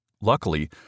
Luckily